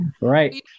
Right